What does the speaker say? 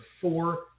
four